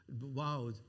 wow